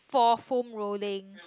for foam rolling